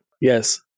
Yes